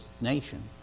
nation